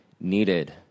needed